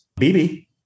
BB